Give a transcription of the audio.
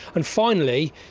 and finally,